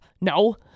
no